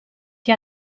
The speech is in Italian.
che